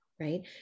right